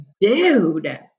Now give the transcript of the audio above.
dude